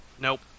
Nope